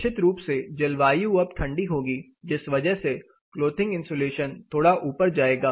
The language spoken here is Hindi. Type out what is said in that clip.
निश्चित रूप से जलवायु अब ठंडी होगी जिस वजह से क्लोथिंग इंसुलेशन थोड़ा ऊपर जाएगा